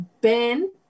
Ben